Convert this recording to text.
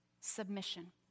submission